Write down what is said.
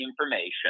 information